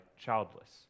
childless